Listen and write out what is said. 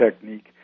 technique